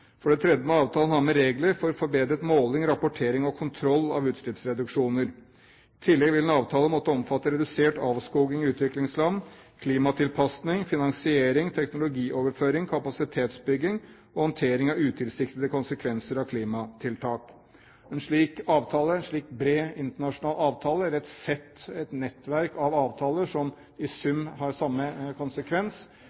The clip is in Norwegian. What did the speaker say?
For det tredje må avtalen ha med regler for forbedret måling, rapportering og kontroll av utslippsreduksjoner. I tillegg vil en avtale måtte omfatte redusert avskoging i utviklingsland, klimatilpasning, finansiering, teknologioverføring, kapasitetsbygging og håndtering av utilsiktede konsekvenser av klimatiltak. En slik bred internasjonal avtale, et nettverk av avtaler som i sum